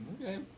Okay